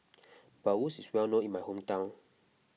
Bratwurst is well known in my hometown